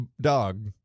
dog